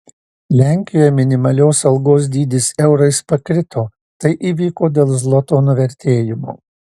lenkijoje minimalios algos dydis eurais pakrito tai įvyko dėl zloto nuvertėjimo